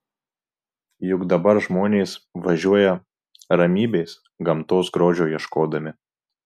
juk dabar žmonės važiuoja ramybės gamtos grožio ieškodami